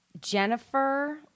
Jennifer